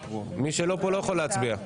מי שלא פה לא יכול להצביע.